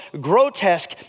grotesque